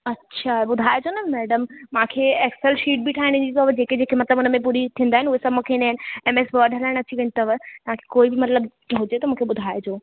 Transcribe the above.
अच्छा ॿुधाइजो न मैडम मूंखे एक्सेल शीट बि ठाइण ईंंदी अथव की जेकी मतिलबु हुनमें ॿुड़ी थींदा आहिनि हुहे सभु मूंखे ईंदा आहिनि एमएस वड हलायण अची वेंदो अथव तव्हांखे कोई बि मतिलबु हीअं हुजे त मूंखे ॿुधाइजो